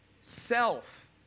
Self